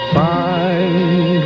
find